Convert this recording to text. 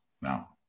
Now